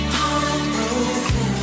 heartbroken